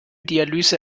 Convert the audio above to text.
dialyse